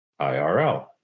IRL